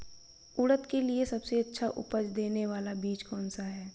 उड़द के लिए सबसे अच्छा उपज देने वाला बीज कौनसा है?